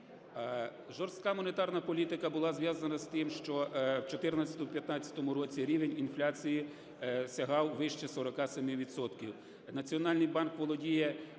Жорстка монетарна політика була зв'язана з тим, що в 14-му, в 15-му році рівень інфляції сягав вище 47